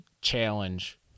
challenge